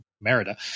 Merida